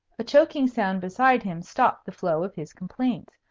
a choking sound beside him stopped the flow of his complaints.